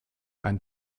einen